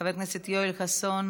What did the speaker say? חבר הכנסת יואל חסון,